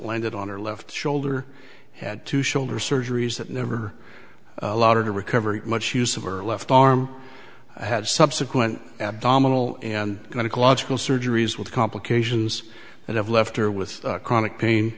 landed on her left shoulder had to shoulder surgeries that never allowed her to recovery much use of her left arm i had subsequent abdominal and going to logical surgeries with complications that have left her with chronic pain